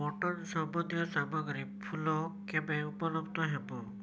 mutton ସମ୍ବନ୍ଧୀୟ ସାମଗ୍ରୀ ଫୁଲ କେବେ ଉପଲବ୍ଧ ହେବ